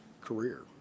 career